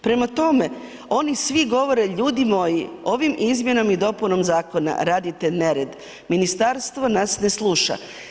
Prema tome, oni svi govore ljudi moji ovim izmjenama i dopunom zakona radite nered, ministarstvo nas ne sluša.